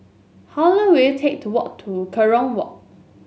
how long will it take to walk to Kerong Walk